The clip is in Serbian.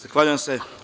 Zahvaljujem se.